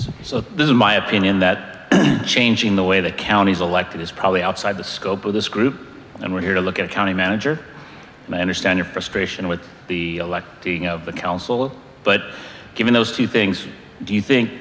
so this is my opinion that changing the way the county's elected is probably outside the scope of this group and we're here to look at a county manager and i understand your frustration with the elect the council but given those two things do you think